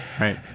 Right